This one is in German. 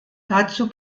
dazu